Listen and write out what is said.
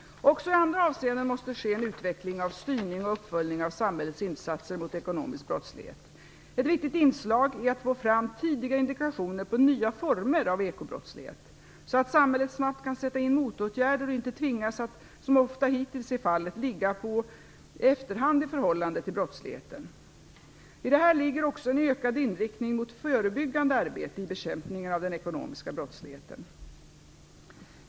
Också i andra avseenden måste det ske en utveckling av styrning och uppföljning av samhällets insatser mot ekonomisk brottslighet. Ett viktigt inslag är att få fram tidiga indikationer på nya former av ekobrottslighet, så att samhället snabbt kan sätta in motåtgärder och inte tvingas att - som hittills ofta varit fallet - ligga på efterhand i förhållande till brottsligheten. I detta ligger också en ökad inriktning mot förebyggande arbete i bekämpningen av den ekonomiska brottsligheten.